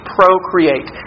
Procreate